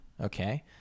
okay